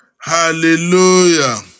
hallelujah